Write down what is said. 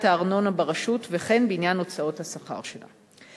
הארנונה ברשות וכן בעניין הוצאות השכר שלה,